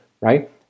right